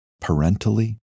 parentally